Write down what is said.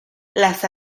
las